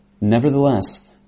Nevertheless